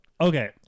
okay